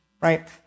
Right